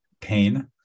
pain